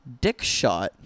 Dickshot